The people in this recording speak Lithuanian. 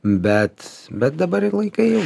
bet bet dabar laikai jau